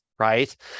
Right